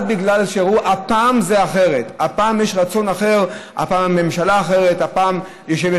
רק בגלל שהן ראו הפעם זה אחרת: הפעם יש רצון אחר,